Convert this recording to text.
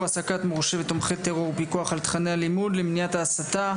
העסקת מורשעי ותומכי טרור ופיקוח על תכני הלימוד למניעת הסתה),